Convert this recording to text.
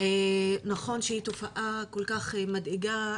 נכון שהתופעה היא כל כך מדאיגה.